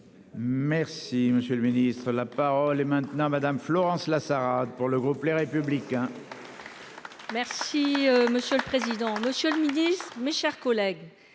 Merci, monsieur le Ministre. La parole est maintenant madame Florence Lasserre arabe pour le groupe Les Républicains. Merci monsieur le président, Monsieur le Ministre, mes chers collègues.